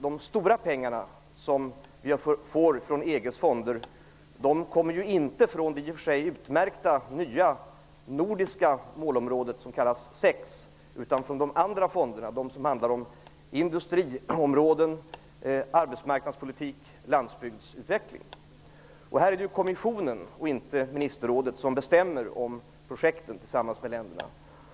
De stora pengar som vi får från EG:s fonder kommer inte från det i och för sig utmärkta nya nordiska målområdet 6 utan från de andra fonderna, de som handlar om industriområden, arbetsmarknadspolitik och landsbygdsutveckling. Här är det kommissionen och inte ministerrådet som bestämmer om projekten tillsammans med länderna.